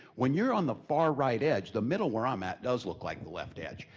when you're on the far right edge, the middle where i'm at does look like the left edge.